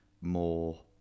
more